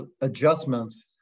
adjustments